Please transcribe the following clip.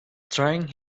trying